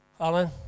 Alan